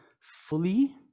fully